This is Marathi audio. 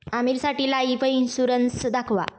आमीरसाठी लाइफ इन्शुरन्स दाखवा